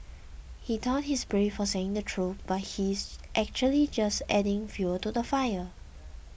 he thought he's brave for saying the truth but he's actually just adding fuel to the fire